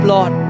Lord